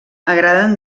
agraden